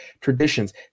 traditions